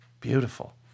Beautiful